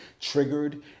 triggered